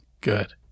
good